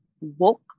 woke